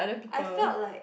I felt like